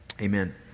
Amen